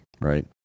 right